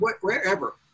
wherever